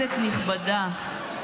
בסדר.